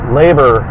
labor